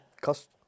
cost